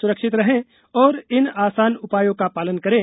सुरक्षित रहें और इन आसान उपायों का पालन करें